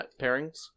pairings